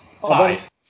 Five